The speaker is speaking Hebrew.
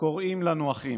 קוראים לנו אחים".